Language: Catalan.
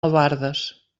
albardes